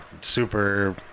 super –